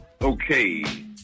Okay